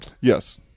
Yes